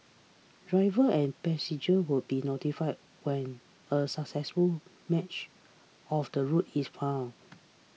drivers and passengers will be notified when a successful match of the route is found